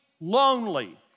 lonely